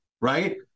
right